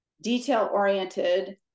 detail-oriented